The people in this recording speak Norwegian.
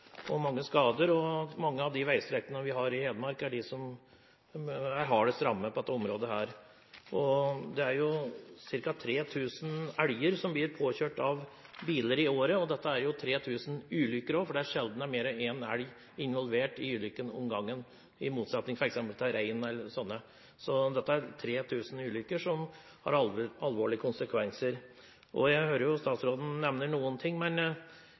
mange skader, og at mange veistrekninger i Hedmark er de som er hardest rammet på dette området. Det er ca. 3 000 elger som blir påkjørt av biler i året. Dette er 3 000 ulykker også, for det er sjelden mer enn én elg involvert i en ulykke om gangen, i motsetning til f.eks. der rein er involvert. Dette er altså 3 000 ulykker med alvorlige konsekvenser. Jeg hører at statsråden nevner noen ting, men